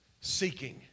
seeking